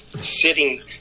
sitting